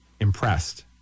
impressed